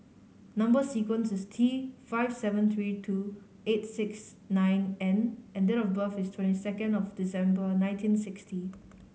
number sequence is T five seventy three two eight six nine N and date of birth is twenty second of December nineteen sixty